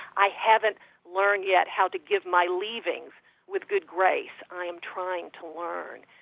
i haven't learned yet how to give my leavings with good grace. i'm trying to learn.